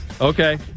Okay